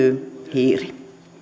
hiiri